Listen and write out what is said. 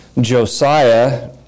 Josiah